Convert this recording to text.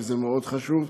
כי זה מאוד חשוב.